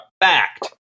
fact